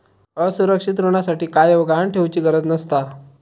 असुरक्षित ऋणासाठी कायव गहाण ठेउचि गरज नसता